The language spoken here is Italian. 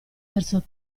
verso